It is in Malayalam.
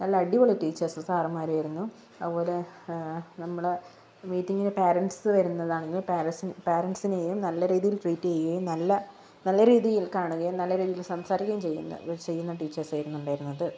നല്ല അടിപൊളി ടീച്ചേർസും സാറുമ്മാരും ആയിരുന്നു അതുപോലെ നമ്മളെ മീറ്റിങ്ങിന് പേരെന്റ്സ് വരുന്നതാണെങ്കിൽ പേരെന്റ്സ് പേരൻസിനെയും നല്ല രീതിയിൽ ട്രീറ്റ് ചെയ്യുകയും നല്ല നല്ല രീതിയിൽ കാണുകയും നല്ല രീതിയിൽ സംസാരിക്കുകയും ചെയ്യുന്ന ചെയ്യുന്ന ടീച്ചേർസ് ആയിരുന്നു ഉണ്ടായിരുന്നത്